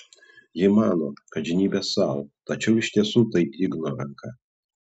ji mano kad žnybia sau tačiau iš tiesų tai igno ranka